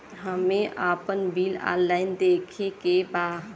हमे आपन bill online देखे के बा?